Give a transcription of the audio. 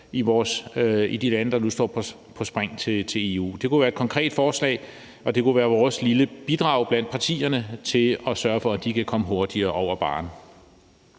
i de lande, der nu står på spring til EU. Det kunne være et konkret forslag, og det kunne være vores lille bidrag blandt partierne til at sørge for, at de kan komme hurtigere over barren.